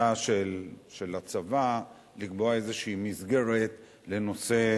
של הצבא לקבוע איזושהי מסגרת לנושא